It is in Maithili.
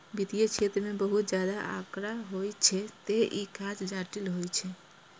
वित्तीय क्षेत्र मे बहुत ज्यादा आंकड़ा होइ छै, तें ई काज जटिल होइ छै